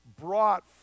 brought